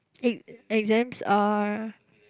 exams are